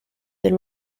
del